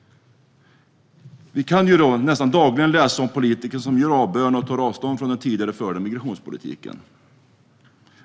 Vi kan nästan dagligen läsa om politiker som gör avbön och tar avstånd från den tidigare förda migrationspolitiken.